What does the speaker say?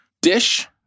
dish